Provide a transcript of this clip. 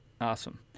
Awesome